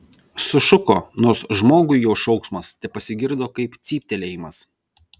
sušuko nors žmogui jo šauksmas tepasigirdo kaip cyptelėjimas